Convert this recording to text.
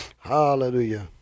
Hallelujah